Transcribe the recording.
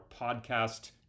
podcast